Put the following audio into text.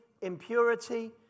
impurity